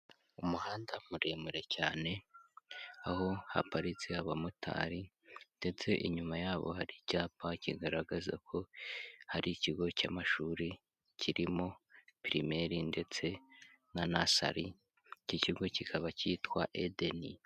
Umuhanda muremure cyane, aho haparitse abamotari ndetse inyuma yabo hari icyapa kigaragaza ko hari ikigo cy'amashuri kirimo pirimeri ndetse na nasali, iki ikigo kikaba cyitwa Eden.